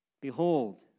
Behold